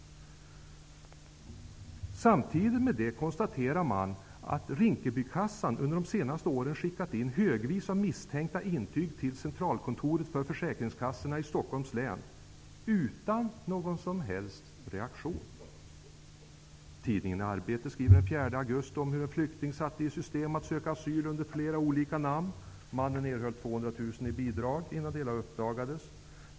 Samtidigt kan man konstatera att Rinkebykassan under de senaste åren skickat in högvis av misstänkta intyg till centralkontoret för försäkringskassorna i Stockholms län -- utan någon som helst reaktion. Tidningen Arbetet skriver den 4 augusti om hur en flykting satte i system att söka asyl under flera olika namn. Mannen erhöll 200 000 kr i bidrag innan det hela uppdagades.